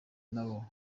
nabo